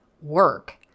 work